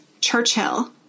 Churchill